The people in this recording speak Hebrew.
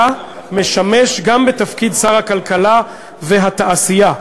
משמש גם בתפקיד שר הכלכלה והתעשייה.